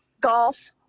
golf